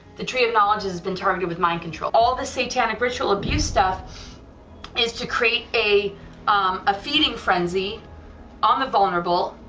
the tree of knowledge has been targeted with mind control, all the satanic ritual abuse stuff is to create a um ah feeding frenzy on the vulnerable,